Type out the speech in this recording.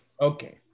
Okay